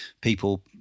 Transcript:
people